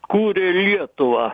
kūrė lietuvą